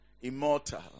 immortal